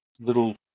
little